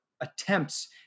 attempts